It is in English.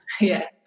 Yes